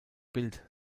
bild